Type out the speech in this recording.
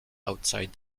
outside